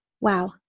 wow